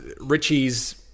richie's